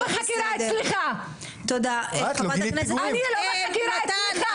מתבצע פיקוח.